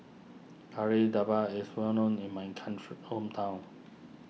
Kari Debal is well known in my country hometown